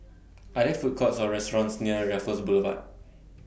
Are There Food Courts Or restaurants near Raffles Boulevard